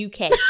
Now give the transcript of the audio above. UK